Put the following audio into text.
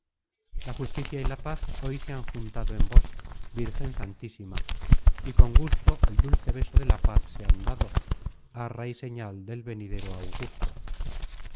la justicia y la paz hoy se han juntado en vos vírgen santísima y con gusto el dulce beso de la paz se han dado arra y señal del venidero augusto